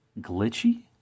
glitchy